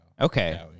Okay